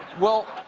well,